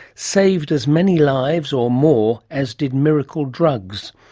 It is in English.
saved as many lives, or more, as did miracle drugs.